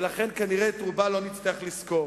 ולכן כנראה את רובה לא נצטרך לזכור.